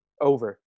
Over